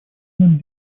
нам